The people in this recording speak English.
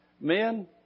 Men